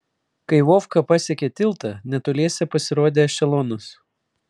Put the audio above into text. kai vovka pasiekė tiltą netoliese pasirodė ešelonas